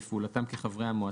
בפעולתם כחברי המועצה,